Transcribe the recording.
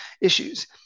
issues